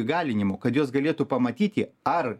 įgalinimų kad jos galėtų pamatyti ar